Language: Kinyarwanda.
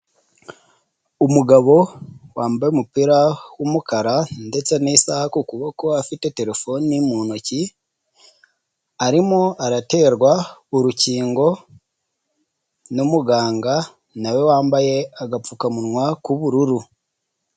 Umugabo wambaye umupira w'umukara ndetse n'isaha ku kuboko afite telefoni mu ntoki, arimo araterwa urukingo n'umuganga nawe wambaye agapfukamunwa k'ubururu.